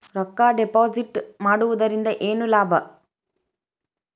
ರೊಕ್ಕ ಡಿಪಾಸಿಟ್ ಮಾಡುವುದರಿಂದ ಏನ್ ಲಾಭ?